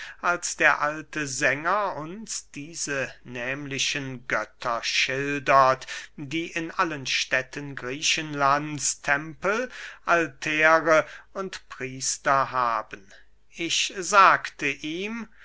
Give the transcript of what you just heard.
als der alte sänger uns diese nehmlichen götter schildert die in allen städten griechenlands tempel altäre und priester haben ich sagte ihm